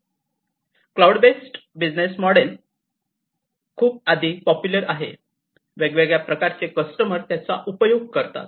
तर cloud based business model आधीच खूप पॉपुलर आहे वेगवेगळ्या प्रकारचे कस्टमर त्याचा उपयोग करतात